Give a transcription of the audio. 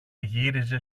γύριζε